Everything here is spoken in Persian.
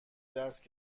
دست